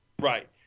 Right